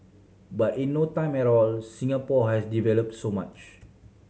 but in no time at all Singapore has develop so much